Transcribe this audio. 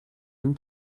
این